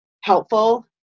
helpful